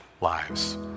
lives